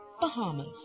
Bahamas